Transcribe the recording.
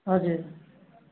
हजुर